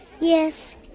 Yes